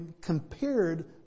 compared